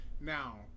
Now